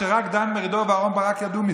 רק דן מרידור ואהרן ברק ידעו מזה.